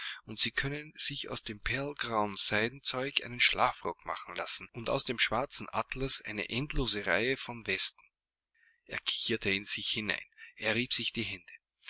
und sie können sich aus dem perlgrauen seidenzeuge einen schlafrock machen lassen und aus dem schwarzen atlas eine endlose reihe von westen er kicherte in sich hinein er rieb sich die hände